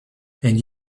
and